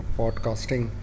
podcasting